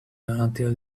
until